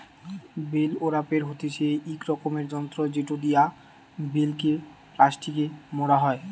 bell ওরাপের হতিছে ইক রকমের যন্ত্র জেটো দিয়া বেল কে প্লাস্টিকে মোড়া হই